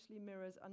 mirrors